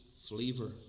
flavor